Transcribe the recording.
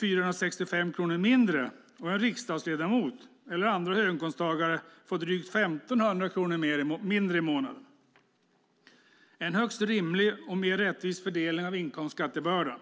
465 kronor mindre och en riksdagsledamot eller andra höginkomsttagare får drygt 1 500 kronor mindre i månaden. Det är en högst rimlig och mer rättvis fördelning av inkomstskattebördan.